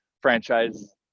franchise